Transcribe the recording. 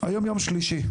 היום יום שלישי.